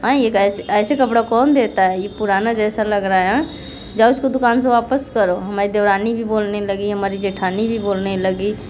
हाँ ऐसे ऐसे कपड़ा कौन देता है यह पुराना जैसा लग रहा है जो उसको दुकान से वापस करो हमारी देवरानी भी बोलने लगी हमारी जेठानी भी बोलने लगी